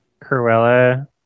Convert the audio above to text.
Cruella